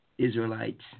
Israelites